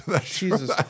Jesus